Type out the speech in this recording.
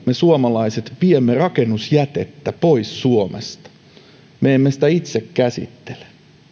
me suomalaiset viemme rakennusjätettä pois suomesta me emme sitä itse käsittele